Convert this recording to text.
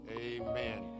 Amen